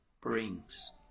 brings